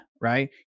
right